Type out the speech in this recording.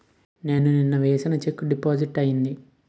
నేను నిన్న వేసిన చెక్ డిపాజిట్ అయిందా?